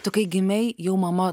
tu kai gimei jau mama